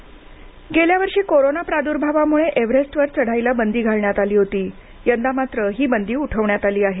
Everest गेल्या वर्षी corona प्रादुर्भावामुळं एव्हरेस्टवर चढाईला बंदी घालण्यात आली होती यंदा मात्र ती बंदी उठवण्यात आली आहे